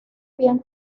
bien